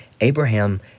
Abraham